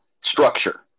structure